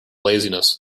laziness